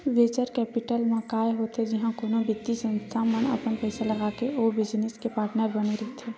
venture capital म काय होथे जिहाँ कोनो बित्तीय संस्था अपन पइसा लगाके ओ बिजनेस के पार्टनर बने रहिथे